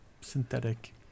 synthetic